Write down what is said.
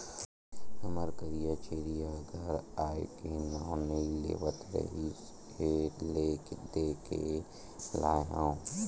हमर करिया छेरी ह घर आए के नांव नइ लेवत रिहिस हे ले देके लाय हँव